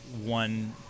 one